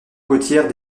côtières